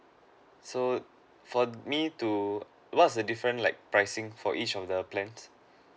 so for me to what's the different like pricing for each of the plans